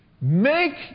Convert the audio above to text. Make